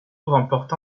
remportent